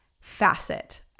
facet